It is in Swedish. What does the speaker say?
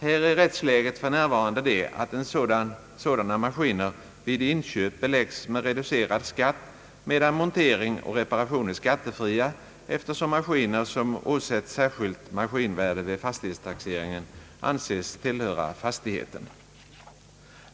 Här är rättsläget för närvarande det, att sådana maskiner vid inköp beläggs med reducerad skatt medan montering och reparationer är skattefria, eftersom maskiner som åsätts särskilt maskinvärde vid fastighetstaxeringen anses tillhöra fastigheten.